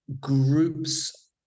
groups